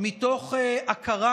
מתוך הכרה